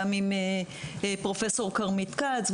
גם עם פרופ' כרמית כץ.